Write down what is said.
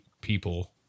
people